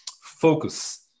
focus